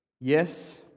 Yes